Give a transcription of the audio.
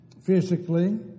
physically